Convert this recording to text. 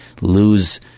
lose